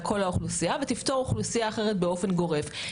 כל האוכלוסייה ותפטור אוכלוסייה אחרת באופן גורף.